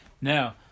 Now